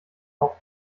auch